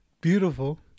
beautiful